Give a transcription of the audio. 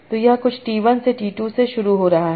तो यह कुछ t 1 से t 2 से शुरू हो रहा है